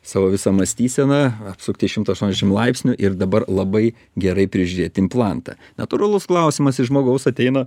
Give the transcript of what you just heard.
savo visą mąstyseną apsukti šimtą aštuoniasdešim laipsnių ir dabar labai gerai prižiūrėti implantą natūralus klausimas iš žmogaus ateina